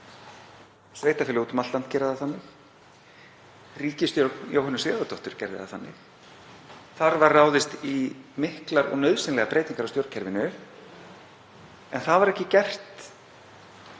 Sveitarfélög úti um allt land gera það þannig. Ríkisstjórn Jóhönnu Sigurðardóttur gerði það þannig. Þar var ráðist í miklar og nauðsynlegar breytingar á stjórnkerfinu en það var ekki gert